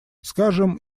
скажем